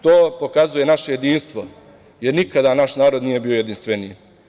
To pokazuje naše jedinstvo, jer nikada naš narod nije bio jedinstveniji.